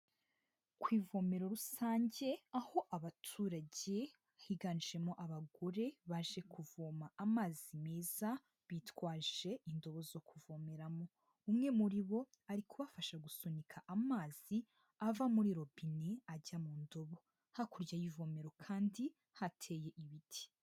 Ku ivomero rusange aho abaturage higanjemo abagore baje kuvoma amazi meza bitwaje indobo zo kuvomeramo, umwe muri bo ari kubafasha gusunika amazi ava muri robine ajya mu ndobo, hakurya y'ivomero kandi hateye ibiti.